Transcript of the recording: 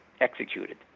executed